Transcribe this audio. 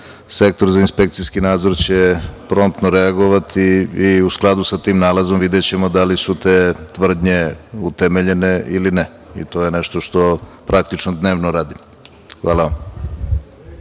sektor za inspekcijski nadzor će promtno reagovati i u skladu sa tim nalazom videćemo da li su te tvrdnje utemeljene ili ne. To je nešto što dnevno radimo. Hvala vam.